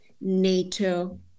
NATO